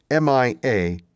mia